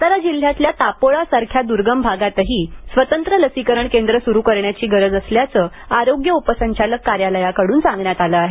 सातारा जिल्ह्यातल्या तापोळासारख्या दुर्गम भागातही स्वतंत्र लसीकरण केंद्र सुरु करण्याची गरज असल्याचे आरोग्य उपसंचालक कार्यालयाकड्रन सांगण्यात आले आहे